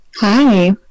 Hi